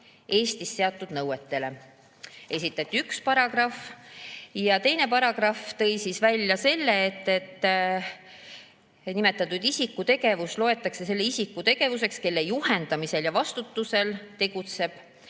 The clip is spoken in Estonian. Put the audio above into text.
Eestis seatud nõuetele. Esitati üks paragrahv. Ja teine paragrahv tõi välja selle, et nimetatud isiku tegevus loetakse selle isiku tegevuseks, kelle juhendamisel ja vastutusel tegutseb,